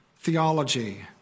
theology